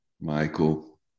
Michael